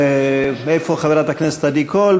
איפה חברת הכנסת עדי קול?